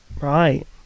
Right